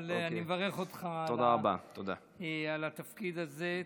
אני מברך אותך על התפקיד הזה.